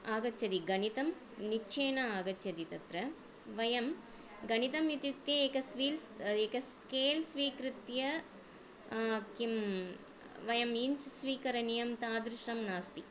आगच्छति गणितम् निश्चयेन आगच्छति तत्र वयं गणितम् इत्युक्ते एकं स्वील्स् एक स्केल् स्वीकृत्य किं वयम् इञ्च् स्वीकरणीयं तादृशं नास्ति